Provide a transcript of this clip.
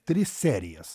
tris serijas